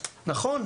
נכון,